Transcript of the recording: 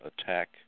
attack